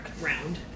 round